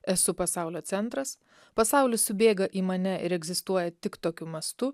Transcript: esu pasaulio centras pasaulis subėga į mane ir egzistuoja tik tokiu mastu